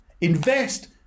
Invest